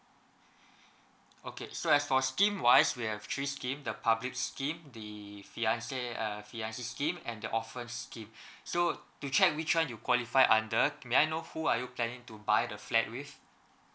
okay as for scheme wise we have three scheme the public scheme the fiancé uh fiancée scheme and the orphan scheme so to check which one you qualify under may I know who are you planning to buy the flat with